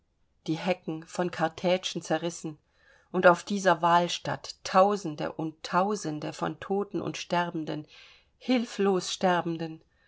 die hecken von kartätschen zerrissen und auf dieser wahlstatt tausende und tausende von toten und sterbenden hilflos sterbenden